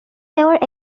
তেওঁৰ